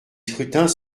scrutins